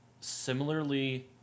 similarly